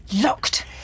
Locked